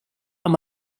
amb